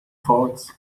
forts